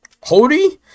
Hody